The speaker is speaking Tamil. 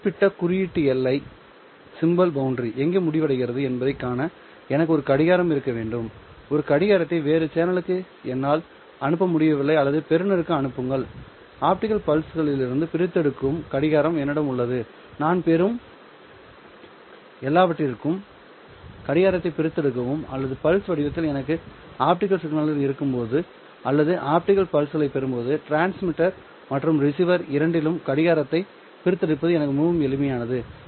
குறிப்பிட்ட குறியீட்டு எல்லை எங்கே முடிவடைகிறது என்பதை காண எனக்கு ஒரு கடிகாரம் இருக்க வேண்டும் ஒரு கடிகாரத்தை வேறு சேனலுக்கு என்னால் அனுப்ப முடியவில்லை அல்லது பெறுநருக்கு அனுப்புங்கள் ஆப்டிகல் பல்ஸ்களிலிருந்து பிரித்தெடுக்கும் கடிகாரம் என்னிடம் உள்ளது நான் பெறும் எல்லாவற்றிலிருந்தும் கடிகாரத்தைப் பிரித்தெடுக்கவும் எனவே பல்ஸ் வடிவத்தில் எனக்கு ஆப்டிகல் சிக்னல்கள் இருக்கும்போது அல்லது ஆப்டிகல் பல்ஸ்களைப் பெறும்போது டிரான்ஸ்மிட்டர் மற்றும் ரிசீவர் இரண்டிலும் கடிகாரத்தைப் பிரித்தெடுப்பது எனக்கு மிகவும் எளிதானது